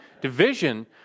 division